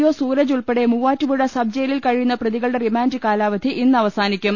O Suraj ഉൾപ്പെടെ മൂവാറ്റുപൂഴ സബ്ജ യിലിൽ കഴിയുന്ന പ്രതികളുടെ റിമാന്റ് കാലാവധി ഇന്ന് അവ സാനിക്കും